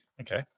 okay